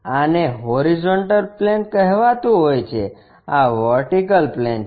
આને horizontal plane કહેવાતું હોય છે આં વર્ટિકલ પ્લેન છે